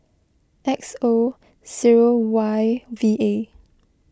X O zero Y V A